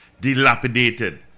dilapidated